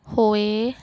ਹੋਏ